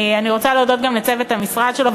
אני רוצה להודות גם לצוות המשרד שלו,